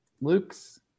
luke's